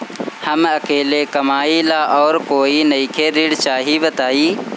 हम अकेले कमाई ला और कोई नइखे ऋण चाही बताई?